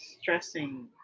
stressing